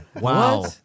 Wow